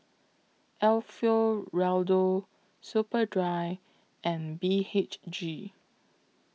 Alfio Raldo Superdry and B H G